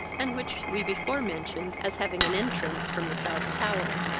and which we before mentioned as having an entrance from the south tower.